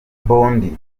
mbondi